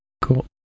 Cool